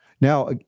Now